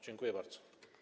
Dziękuję bardzo.